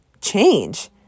change